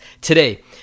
Today